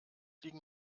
liegen